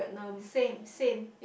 same same